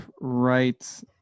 right